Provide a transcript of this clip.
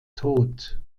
tot